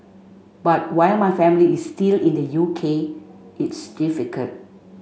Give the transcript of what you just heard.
but while my family is still in the U K it's difficult